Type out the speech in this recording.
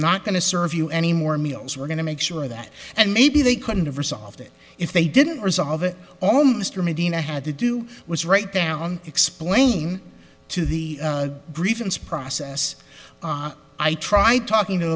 not going to serve you any more meals we're going to make sure that and maybe they couldn't ever solved it if they didn't resolve it all mr medina had to do was write down explain to the grievance process i try talking to